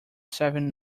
seven